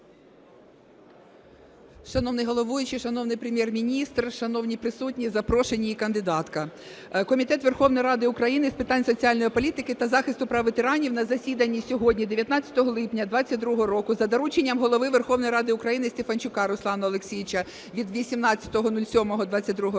Шановний головуючий, шановний Прем'єр-міністр, шановні присутні, запрошені і кандидатка! Комітет Верховної Ради України з питань соціальної політики та захисту прав ветеранів на засіданні сьогодні, 19 липня 2022 року за дорученням Голови Верховної Ради України Стефанчука Руслана Олексійовича від 18.07.2022 року